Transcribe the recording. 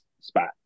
spot